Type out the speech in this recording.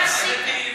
רצתי,